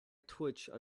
twitched